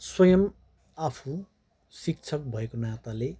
स्वयं आफू शिक्षक भएको नाताले